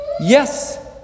Yes